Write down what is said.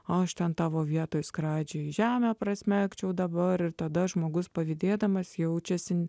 aš ten tavo vietoj skradžiai žemę prasmegčiau dabar ir tada žmogus pavydėdamas jaučiasi